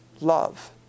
love